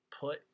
Put